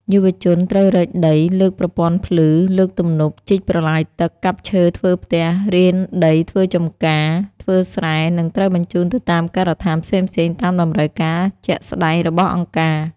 យុវជនត្រូវរែកដី លើកប្រព័ន្ធភ្លឺ លើកទំនប់ ជីកប្រឡាយទឹក កាប់ឈើធ្វើផ្ទះ រានដីធ្វើចម្ការ ធ្វើស្រែ និងត្រូវបញ្ជូនទៅតាមការដ្ឋានផ្សេងៗតាមតម្រូវការដាក់ស្ដែងរបស់អង្គការ។